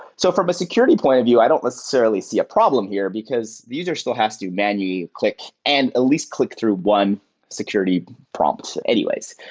so from a security point of view, i don't necessarily see a problem here because the user still has to manually click and at least click through one security prompt anyways.